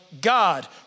God